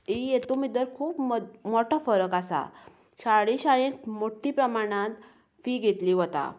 ही हेतूंत भितर खूब मोठो फरक आसा शारी शाळेंत मोठ्ठे प्रमाणांत फी घेतली वता